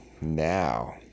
now